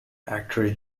actor